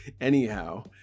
Anyhow